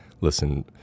listen